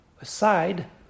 aside